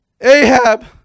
Ahab